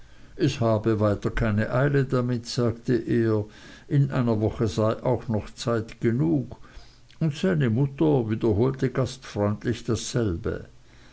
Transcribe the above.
es habe weiter keine eile damit sagte er in einer woche sei auch noch zeit genug und seine mutter wiederholte gastfreundlich dasselbe